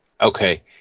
Okay